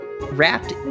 wrapped